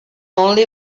only